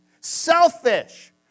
selfish